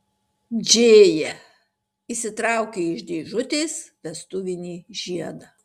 džėja išsitraukė iš dėžutės vestuvinį žiedą